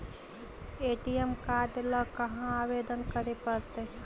ATM card ल कहा आवेदन करे पड़तै?